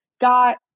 got